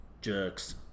jerks